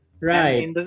right